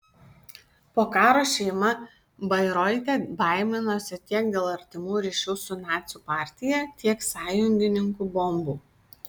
po karo šeima bairoite baiminosi tiek dėl artimų ryšių su nacių partija tiek sąjungininkų bombų